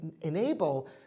enable